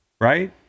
Right